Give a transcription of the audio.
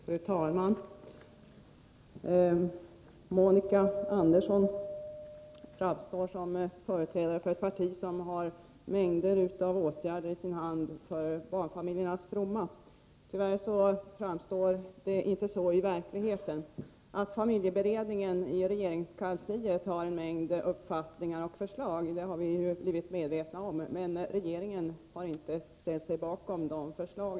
Fru talman! Monica Andersson framstår som företrädare för ett parti som har mängder av åtgärder i sin hand för barnfamiljernas fromma. Tyvärr är det inte så i verkligheten. Att familjeberedningen i regeringskansliet har en mängd uppfattningar och förslag har vi blivit medvetna om, men regeringen har inte ställt sig bakom dessa förslag.